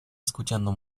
escuchando